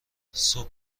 صبح